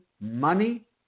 money